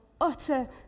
utter